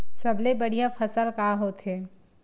सबले बढ़िया फसल का होथे?